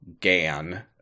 Gan